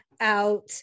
out